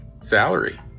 salary